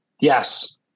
Yes